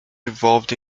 involved